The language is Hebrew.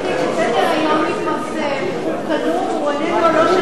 גברתי, כשסדר-היום מתפרסם הוא כלוא.